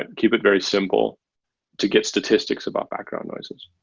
keep it very simple to get statistics about background noises.